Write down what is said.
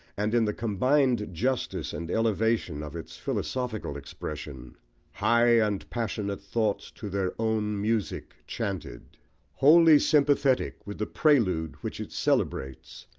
and in the combined justice and elevation of its philosophical expression high and passionate thoughts to their own music chanted wholly sympathetic with the prelude which it celebrates,